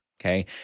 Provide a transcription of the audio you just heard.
Okay